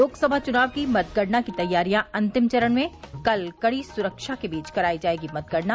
लोकसभा चुनाव की मतगणना की तैयारियां अंतिम चरण में कल कड़ी सुरक्षा के बीच कराई जायेगी मतगणना